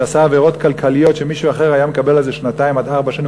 שעשה עבירות כלכליות שמישהו אחר היה מקבל עליהן שנתיים עד ארבע שנים,